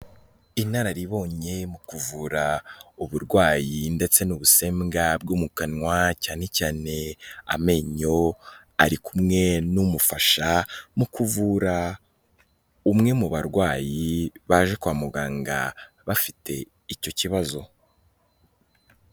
Inararibonye mu kuvura uburwayi ndetse n'ubusembwa bwo mu kanwa cyane cyane amenyo, ari kumwe n'umufasha mu kuvura umwe mu barwayi baje kwa muganga bafite icyo kibazo.